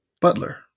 butler